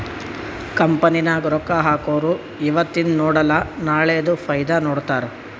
company ನಾಗ್ ರೊಕ್ಕಾ ಹಾಕೊರು ಇವತಿಂದ್ ನೋಡಲ ನಾಳೆದು ಫೈದಾ ನೋಡ್ತಾರ್